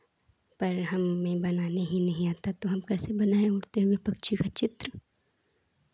पर हम बनाने ही नहीं आता तो हम कैसे बनाएं उड़ते हुए पक्षी का चित्र